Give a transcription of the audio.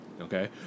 Okay